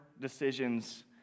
decisions